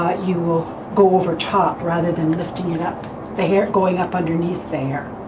you will go over top rather than lifting it up the hair going up underneath the hair.